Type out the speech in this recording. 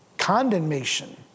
condemnation